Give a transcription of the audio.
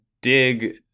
dig